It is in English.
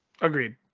Agreed